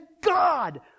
God